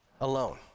alone